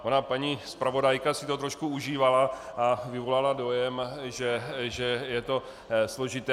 Ona paní zpravodajka si to trošku užívala a vyvolala dojem, že je to složité.